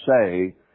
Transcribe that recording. say